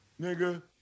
Nigga